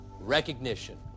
recognition